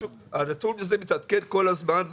הנתון הזה מתעדכן כל הזמן,